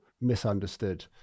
misunderstood